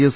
S